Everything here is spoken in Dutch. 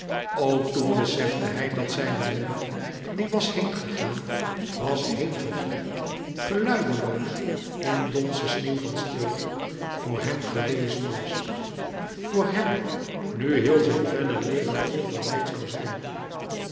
toen besefte hij dat zijne moeder die was heengegaan was heengeglipt geluideloos in donzen sneeuw van stilte voor hem geweest was voor hem nu heel zijn verder leven vol verwijt zoû zijn